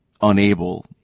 unable